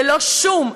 ללא שום,